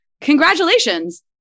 congratulations